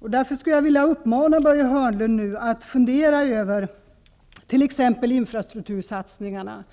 Därför skulle jag vilja uppmana Börje Hörnlund att fundera över t.ex. infrastruktursatsningarna,